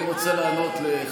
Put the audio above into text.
אני רוצה לענות,